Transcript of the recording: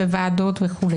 בוועדות וכו',